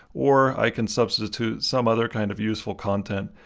or i can substitute some other kind of useful content,